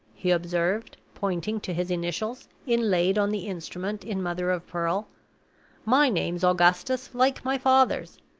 he observed, pointing to his initials, inlaid on the instrument in mother-of-pearl. my name's augustus, like my father's.